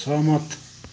सहमत